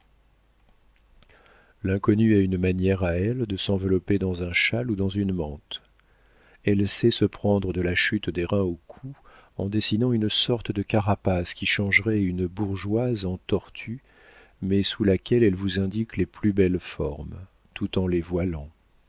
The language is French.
l'inconnue a une manière à elle de s'envelopper dans un châle ou dans une mante elle sait se prendre de la chute des reins au cou en dessinant une sorte de carapace qui changerait une bourgeoise en tortue mais sous laquelle elle vous indique les plus belles formes tout en les voilant